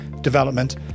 development